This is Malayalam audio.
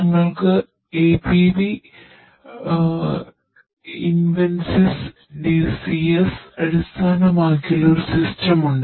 ഞങ്ങൾക്ക് APV ഇൻവെൻസിസ് DCS അടിസ്ഥാനമാക്കിയുള്ള ഒരു സിസ്റ്റം ഉണ്ട്